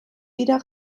wieder